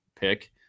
pick